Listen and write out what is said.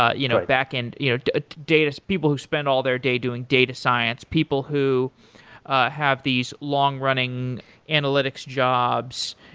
ah you know backend, you know ah data, people who spend all their day doing data science, people who have these long-running analytics jobs,